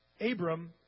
Abram